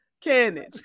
Cannon